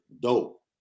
dope